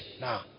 Now